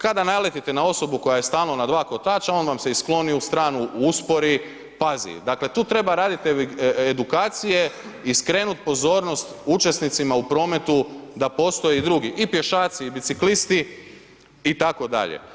Kada naletite na osobu koja je stalno na dva kotača, on vam se i skloni u stranu, uspori, pazi, dakle tu treba raditi edukacije i skrenuti pozornost učesnicima u prometu da postoje i drugi i pješaci i biciklisti itd.